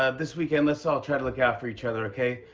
ah this weekend, let's all try to look after each other, okay?